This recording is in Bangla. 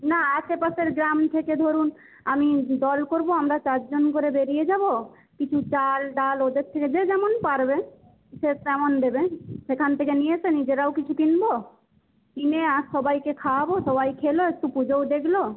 না আশেপাশের গ্রাম থেকে ধরুন আমি দল করব আমরা চারজন করে বেরিয়ে যাব কিছু চাল ডাল ওদের থেকে যে যেমন পারবে সে তেমন দেবে সেখান থেকে নিয়ে এসে নিজেরাও কিছু কিনব কিনে আর সবাইকে খাওয়াব সবাই খেলো একটু পুজোও দেখল